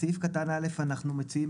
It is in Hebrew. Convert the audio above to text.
בסעיף קטן א' אנחנו מציעים,